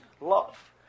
love